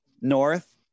North